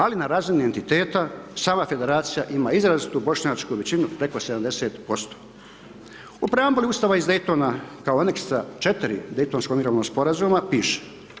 Ali na razini entiteta sama federacija ima izrazitu bošnjačku većinu preko 70% u preambuli ustava iz Daytona kao Aneksa 4. Dejtonskog mirovnog sporazuma piše.